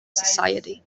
society